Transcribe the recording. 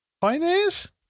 Pioneers